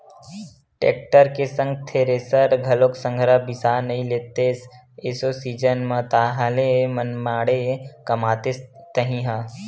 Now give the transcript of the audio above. tractor के संग thresher घलोक संघरा बिसा नइ लेतेस एसो सीजन म ताहले मनमाड़े कमातेस तही ह